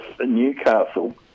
Newcastle